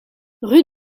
rue